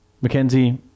Mackenzie